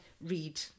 read